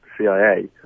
CIA